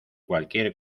cualquier